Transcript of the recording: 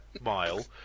mile